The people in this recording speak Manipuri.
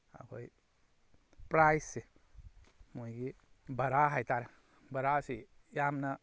ꯑꯩꯈꯣꯏ ꯄ꯭ꯔꯥꯏꯖꯁꯦ ꯃꯣꯏꯒꯤ ꯚꯔꯥ ꯍꯥꯏꯇꯥꯔꯦ ꯕꯔꯥꯁꯦ ꯌꯥꯝꯅ